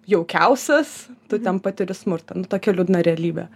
jaukiausias tu ten patiri smurtą nu tokia liūdna realybė